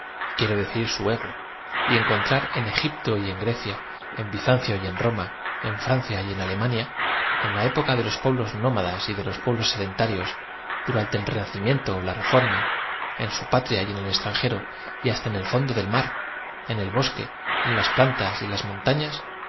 quiero decir su ego y encontrar en egipto y en gre cía en bizancio y en roma en francia y en a lem a nia en la época de los pueblos nómadas y de los puc blos sedentarios durante el renacimiento ó la refor mi en su patria y en el extranjero y hasta en el fondo del mar en el bosque en las plantas y en las monta